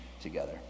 together